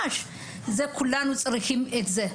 כולנו צריכים את זה.